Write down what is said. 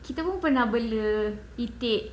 kita pun pernah bela itik